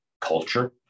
culture